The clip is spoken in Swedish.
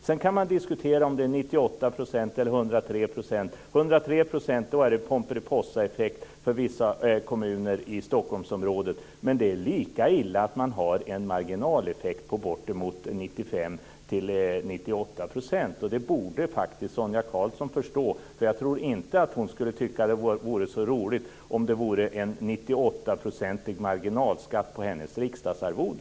Sedan kan man diskutera om det är 98 % eller 103 %. Vid 103 % blir det Pomperipossaeffekt för vissa kommuner i Stockholmsområdet. Men det är lika illa att man har en marginaleffekt på bortemot 95-98 %! Det borde faktiskt Sonia Karlsson förstå, för jag tror inte att hon skulle tycka att det vore så roligt om det var en 98-procentig marginalskatt på hennes riksdagsarvode.